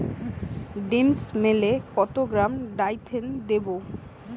ডিস্মেলে কত gram Dithane দেবো?